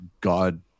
God